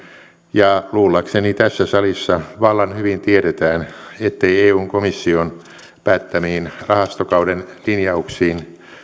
ja luullakseni tässä salissa vallan hyvin tiedetään ettei eun komission päättämiin rahastokauden linjauksiin